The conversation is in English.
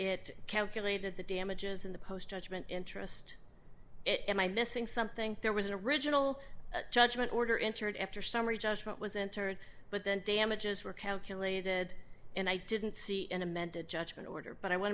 it calculated the damages in the post judgment interest it am i missing something there was an original judgment order entered after summary judgment was entered but then damages were calculated and i didn't see an amended judgment order but i want